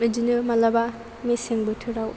बिदिनो माब्लाबा मेसें बोथोराव